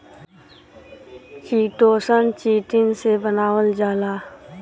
chitosan, chitin से बनावल जाला